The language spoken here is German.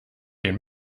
den